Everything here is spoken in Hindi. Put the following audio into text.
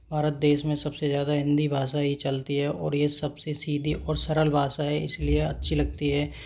भारत देश में सब से ज़्यादा हिंदी भाषा ही चलती है और यह सब से सीधी और सरल भाषा है इसलिए अच्छी लगती है